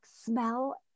smell